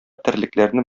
терлекләрне